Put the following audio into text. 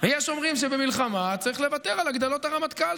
ויש מי שאומרים שבמלחמה צריך לוותר על הגדלות הרמטכ"ל,